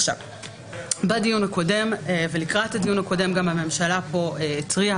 בדיון הקודם ולקראת הדיון הקודם הממשלה התריעה,